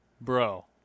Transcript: bro